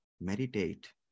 Meditate